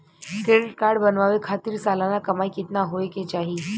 Credit card बनवावे खातिर सालाना कमाई कितना होए के चाही?